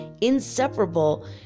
inseparable